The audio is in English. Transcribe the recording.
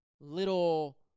little